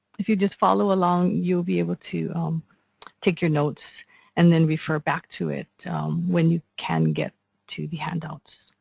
if you just follow along you will be able to take your notes and then refer back to it when you can get the handout.